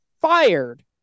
fired